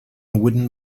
wooden